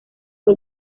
fue